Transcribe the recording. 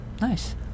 nice